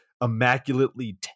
immaculately